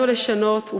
חלק מנבחרת שבאה לשנות,